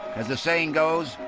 as the saying goes,